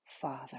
father